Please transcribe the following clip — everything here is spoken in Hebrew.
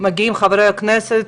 חברי הכנסת